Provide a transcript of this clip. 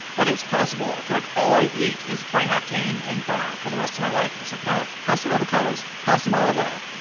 but it's possible. if yeah like all i eat is brain octane and butter for the rest of my life, it's like, have some avocados. have some olive oil.